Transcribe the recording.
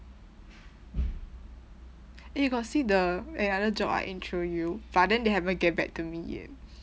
eh you got see the another job I intro you but then they haven't get back to me yet